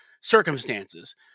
circumstances